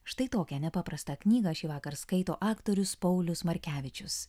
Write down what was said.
štai tokią nepaprastą knygą šįvakar skaito aktorius paulius markevičius